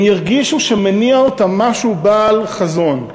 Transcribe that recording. אם הם ירגישו שמניע אותם משהו בעל חזון.